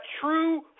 true